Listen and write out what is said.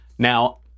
Now